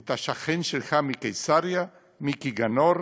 את השכן שלך מקיסריה מיקי גנור,